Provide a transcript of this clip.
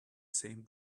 same